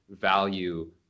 value